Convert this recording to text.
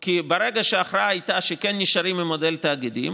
כי ברגע שההכרעה הייתה שכן נשארים עם מודל תאגידים